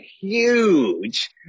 huge